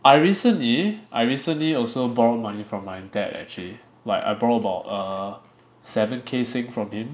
I recently I recently also borrowed money from my dad actually like err I borrow about seven K Sing from him